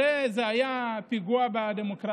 הרי זה היה פיגוע בדמוקרטיה: